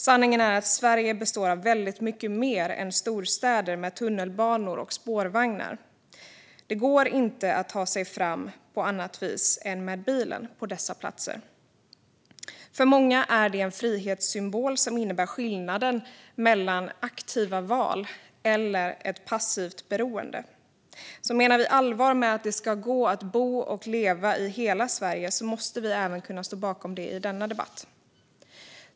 Sanningen är att Sverige består av väldigt mycket mer än storstäder med tunnelbanor och spårvagnar. På dessa platser går det inte att ta sig fram på annat vis än med bilen. För många är det en frihetssymbol som innebär skillnaden mellan aktiva val och ett passivt beroende. Menar vi allvar med att det ska gå att bo och leva i hela Sverige måste vi alltså kunna stå bakom det även i denna debatt.